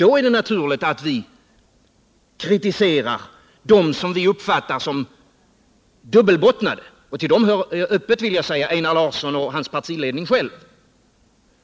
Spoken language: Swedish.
Då är det naturligt att vi kritiserar dem som vi uppfattar som dubbelbottnade och till dem hör, vill jag säga, Einar Larsson och hans partiledning,